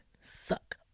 suck